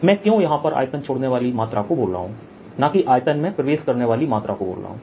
मैं क्यों यहां पर आयतन छोड़ने वाली मात्रा को बोल रहा हूं ना कि आयतन में प्रवेश करने वाली मात्रा को बोल रहा हूं